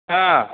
ꯑꯥ